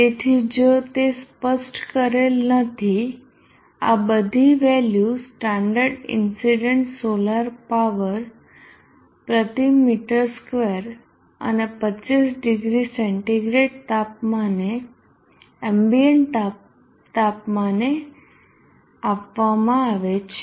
તેથી જો તે સ્પષ્ટ કરેલ નથી આ બધી value standard incident solar power પ્રતિ મીટર સ્ક્વેર અને 25 ડીગ્રી સેન્ટીગ્રેડ તાપમાને એમ્બીયન્ટ તાપમાને આપવામાં આવે છે